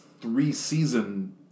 three-season